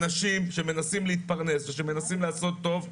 אנשים שמנסים להתפרנס ושמנסים לעשות טוב,